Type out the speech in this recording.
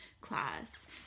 Class